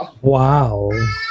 wow